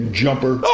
jumper